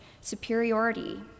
superiority